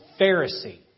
Pharisee